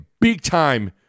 big-time